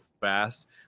fast